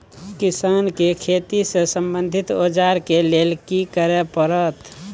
किसान के खेती से संबंधित औजार के लेल की करय परत?